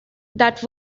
that